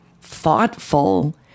thoughtful